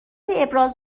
ابراز